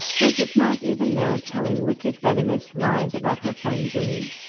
was it not even now telling wicked venomous lies about her friend julie?